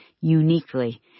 uniquely